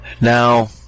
now